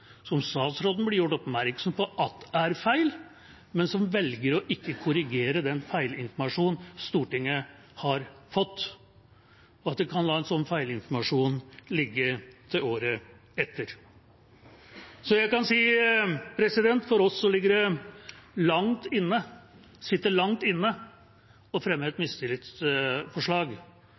som statsråden blir gjort oppmerksom på er feil, men som velger ikke å korrigere den feilinformasjonen Stortinget har fått, og at man kan la en slik feilinformasjon ligge til året etter. For oss sitter det langt inne å fremme et mistillitsforslag. Når en gjør det,